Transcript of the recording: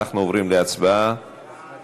הודעת ועדת